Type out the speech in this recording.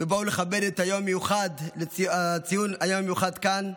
ובאו לכבד את ציון היום המיוחד כאן,